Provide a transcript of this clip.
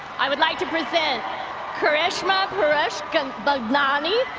i would like to present karishma paresh bhagani,